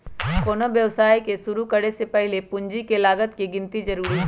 कोनो व्यवसाय के शुरु करे से पहीले पूंजी के लागत के गिन्ती जरूरी हइ